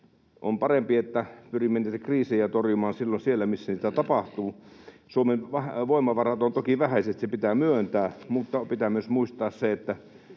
on parempi, että pyrimme niitä kriisejä torjumaan silloin siellä, missä niitä tapahtuu. Suomen voimavarat ovat toki vähäiset. Se pitää myöntää, mutta pitää myös muistaa se, että